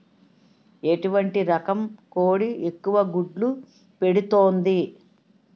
ఎటువంటి రకం కోడి ఎక్కువ గుడ్లు పెడుతోంది?